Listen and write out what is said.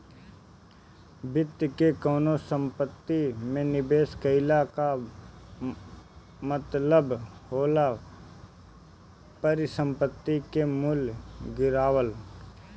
वित्त में कवनो संपत्ति में निवेश कईला कअ मतलब होला परिसंपत्ति के मूल्य गिरावल